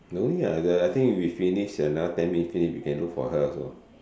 no ya I got I think we finish another ten minutes we can look for her also